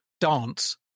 dance